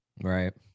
Right